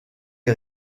les